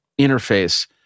interface